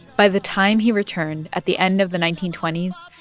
by the time he returned at the end of the nineteen twenty s,